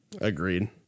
Agreed